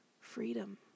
freedom